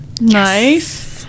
nice